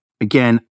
again